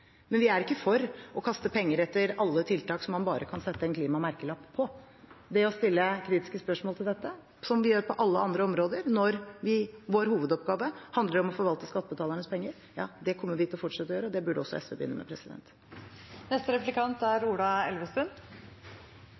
men vi er ikke for å kaste penger etter alle tiltak som man bare kan sette en klimamerkelapp på. Det å stille kritiske spørsmål til dette som vi gjør på alle andre områder, når vår hovedoppgave handler om å forvalte skattebetalernes penger, kommer vi til å fortsette å gjøre. Det burde også SV begynne med.